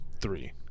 three